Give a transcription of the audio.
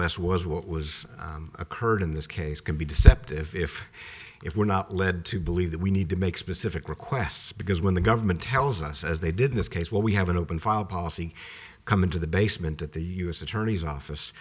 less was what was occurred in this case can be deceptive if it were not led to believe that we need to make specific requests because when the government tells us as they did this case what we have an open file policy come into the basement at the u s attorney's office